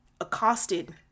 accosted